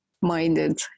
minded